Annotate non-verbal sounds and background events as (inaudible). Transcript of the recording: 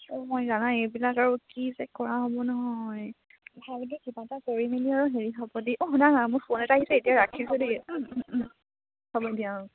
অঁ মই জানা এইবিলাক আৰু কি চেক কৰা হ'ব নহয় (unintelligible) কিবা এটা কৰিমেলি আৰু হেৰি হ'ব (unintelligible) মোৰ ফোন এটা আহিছে এতিয়া ৰাখিছোঁ দেই হ'ব দিয়া আৰু